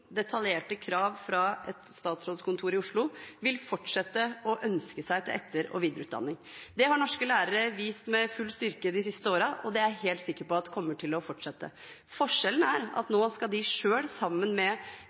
detaljerte krav fra et statsrådskontor i Oslo, vil ønske seg etter- og videreutdanning. Det har norske lærere vist med full styrke de siste årene, og det er jeg helt sikker på kommer til å fortsette. Forskjellen er at nå skal de selv, sammen med